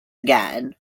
again